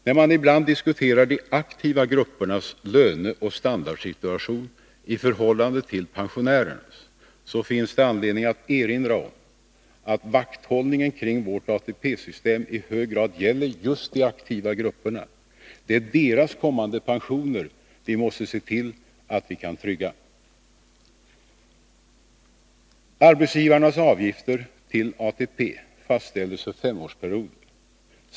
När man ibland diskuterar de aktiva gruppernas löneoch standardsituation i förhållande till pensionärernas, så finns det anledning att erinra om att vakthållningen kring vårt ATP-system i hög grad gäller just de aktiva grupperna. Det är deras kommande pensioner vi måste se till att vi kan trygga. Arbetsgivarnas avgifter till ATP fastställs för femårsperioder.